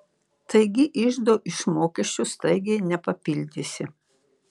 taigi iždo iš mokesčių staigiai nepapildysi